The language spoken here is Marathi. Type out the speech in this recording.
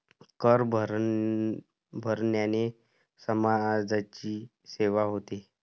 कर भरण्याने समाजाची सेवा होते